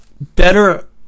better